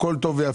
הכל טוב ויפה.